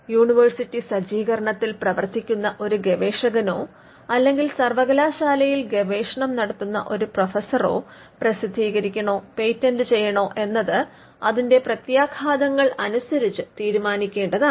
university സജ്ജീകരണത്തിൽ പ്രവർത്തിക്കുന്ന ഒരു ഗവേഷകനോ അല്ലെങ്കിൽ സർവകലാശാലയിൽ ഗവേഷണം നടത്തുന്ന ഒരു പ്രൊഫസറോ പ്രസിദ്ധീകരിക്കണോ പേറ്റന്റ് ചെയ്യണോ എന്നത് അതിന്റെ പ്രത്യാഘാതങ്ങൾ അനുസരിച്ച് തീരുമാനിക്കേണ്ടതാണ്